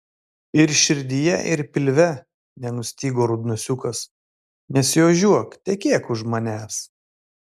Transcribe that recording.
ir širdyje ir pilve nenustygo rudnosiukas nesiožiuok tekėk už manęs